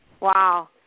wow